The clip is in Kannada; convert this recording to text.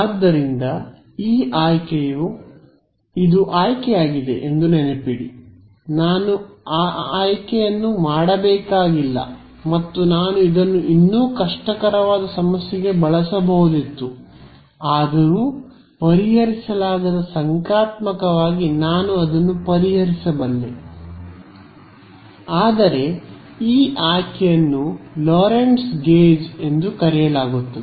ಆದ್ದರಿಂದ ಈ ಆಯ್ಕೆಯು ಇದು ಆಯ್ಕೆಯಾಗಿದೆ ಎಂದು ನೆನಪಿಡಿ ನಾನು ಈ ಆಯ್ಕೆಯನ್ನು ಮಾಡಬೇಕಾಗಿಲ್ಲ ಮತ್ತು ನಾನು ಇದನ್ನು ಇನ್ನೂ ಕಷ್ಟಕರವಾದ ಸಮಸ್ಯೆಗೆ ಬಳಸಬಹುದಿತ್ತು ಆದರೂ ಪರಿಹರಿಸಲಾಗದ ಸಂಖ್ಯಾತ್ಮಕವಾಗಿ ನಾನು ಅದನ್ನು ಪರಿಹರಿಸಬಲ್ಲೆ ಆದರೆ ಈ ಆಯ್ಕೆಯನ್ನು ಲೊರೆಂಟ್ಜ್ ಗೇಜ್ ಎಂದು ಕರೆಯಲಾಗುತ್ತದೆ